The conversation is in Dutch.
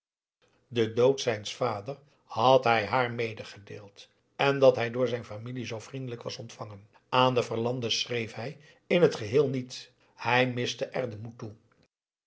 den dood zijns vaders had hij haar medegedeeld en dat hij door zijn familie zoo vriendelijk was ontvangen aan de verlande's schreef hij in t geheel niet hij miste er den moed toe